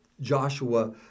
Joshua